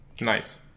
Nice